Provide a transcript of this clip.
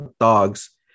dogs